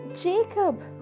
Jacob